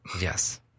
Yes